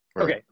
Okay